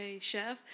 chef